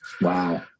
Wow